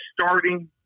starting